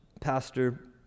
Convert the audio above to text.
pastor